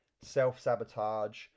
self-sabotage